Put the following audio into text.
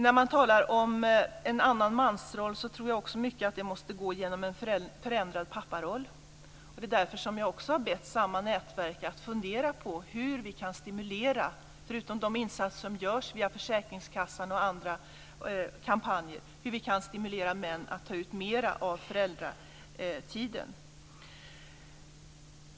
När man talar om en annan mansroll tror jag också att det till stor del måste gå genom en förändrad papparoll. Det är därför som jag också har bett samma nätverk att fundera på hur vi, förutom de insatser som görs via försäkringskassan och andra kampanjer, kan stimulera män att ta ut mer av föräldratiden.